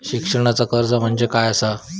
शिक्षणाचा कर्ज म्हणजे काय असा?